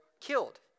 killed